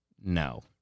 No